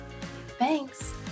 Thanks